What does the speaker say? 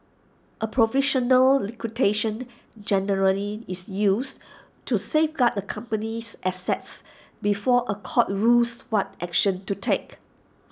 A provisional liquidation generally is used to safeguard the company's assets before A court rules what action to take